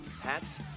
hats